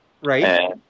Right